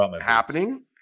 happening